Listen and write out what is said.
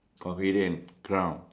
convenient crown